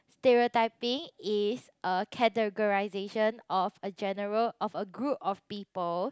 stereotyping is a categorisation of a general of a group of people